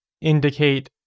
indicate